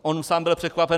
On sám byl překvapen.